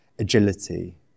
Agility